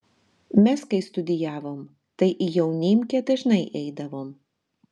mes kai studijavom tai į jaunimkę dažnai eidavom